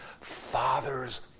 father's